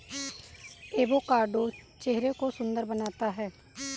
avocado चेहरे को सुंदर बनाता है